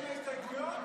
הסתייגויות?